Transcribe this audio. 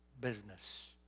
business